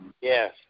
Yes